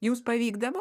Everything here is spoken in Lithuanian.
jums pavykdavo